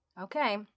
okay